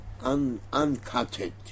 uncutted